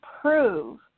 prove